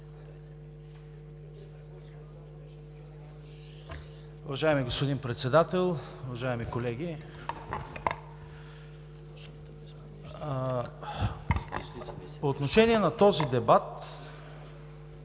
Уважаеми господин Председател, уважаеми колеги! По отношение на този дебат